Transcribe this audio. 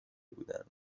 بودند